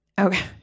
Okay